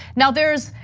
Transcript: now there's,